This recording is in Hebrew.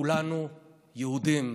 כולנו יהודים,